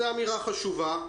זה אמירה חשובה.